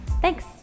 Thanks